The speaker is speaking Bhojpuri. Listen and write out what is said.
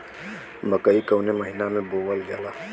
मकई कवने महीना में बोवल जाला?